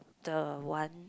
the one